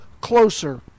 closer